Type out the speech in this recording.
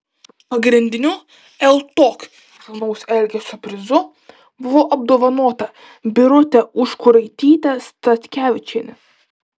pagrindiniu ltok kilnaus elgesio prizu buvo apdovanota birutė užkuraitytė statkevičienė